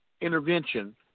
Intervention